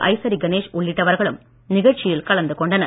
ஐசரி கணேஷ் உள்ளிட்டவர்களும் நிகழ்ச்சியில் கலந்து கொண்டனர்